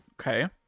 Okay